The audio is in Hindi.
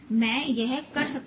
मे यह कर सकता हूं